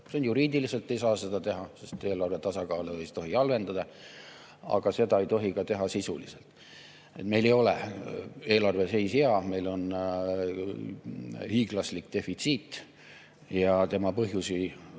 võtta. Juriidiliselt ei saa seda teha, sest eelarve tasakaalu ei tohi halvendada, aga seda ei tohi teha ka sisuliselt. Meil ei ole eelarve seis hea, meil on hiiglaslik defitsiit – selle põhjusi võib